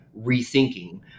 rethinking